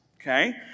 Okay